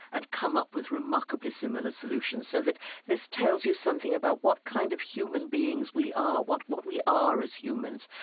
and come up with remarkably similar solutions. so that this tells you something about what kind of human beings we are, what what we are as humans,